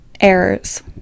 errors